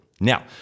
Now